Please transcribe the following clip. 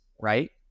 right